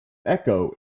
echo